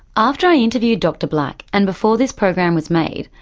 after i interviewed dr black and before this program was made,